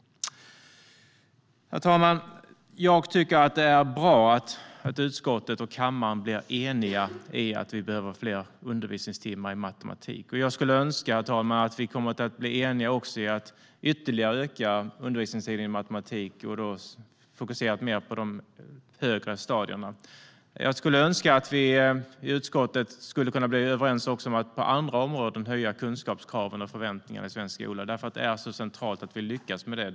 Herr talman! Det är bra att utskottet och kammaren blir eniga om att vi behöver fler undervisningstimmar i matematik. Jag skulle önska att vi också kommer att bli eniga om att ytterligare öka undervisningstiden i matematik fokuserat mer på de högre stadierna. Jag skulle önska att vi i utskottet skulle kunna bli överens om att höja kunskapskraven och förväntningarna också på andra områden i svensk skola. Det är centralt att vi lyckas med det.